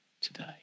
today